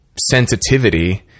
sensitivity